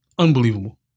Unbelievable